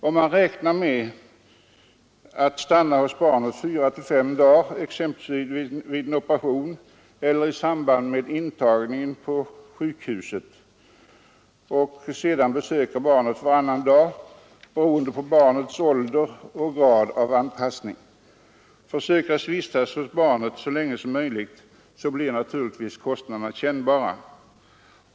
Om de räknar med att stanna hos barnet i fyra eller fem dagar, exempelvis vid en operation eller i samband med intagningen på sjukhuset, och sedan besöka barnet varannan dag beroende på barnets ålder och förmåga till anpassning, försöker vistas hos barnet så länge som möjligt, blir kostnaderna naturligtvis mycket kännbara.